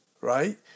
Right